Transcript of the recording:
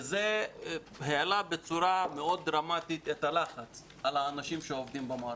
זה העלה בצורה מאוד דרמטית את הלחץ על האנשים שעובדים במערכת.